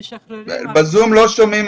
פרופ' חגי לוין,